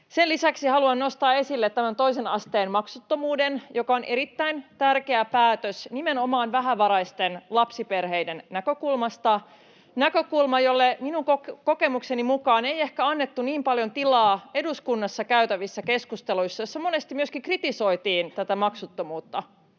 Sen lisäksi haluan nostaa esille tämän toisen asteen maksuttomuuden, joka on erittäin tärkeä päätös nimenomaan vähävaraisten lapsiperheiden näkökulmasta — näkökulmasta, jolle minun kokemukseni mukaan ei ehkä annettu niin paljon tilaa eduskunnassa käytävissä keskusteluissa, joissa monesti myöskin kritisoitiin tätä maksuttomuutta.